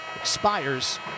expires